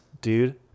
dude